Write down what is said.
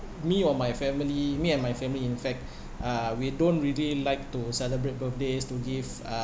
me or my family me and my family in fact uh we don't really like to celebrate birthdays to give